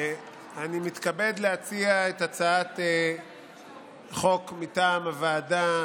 אני מתכבד להציע את הצעת החוק מטעם הוועדה,